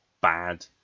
bad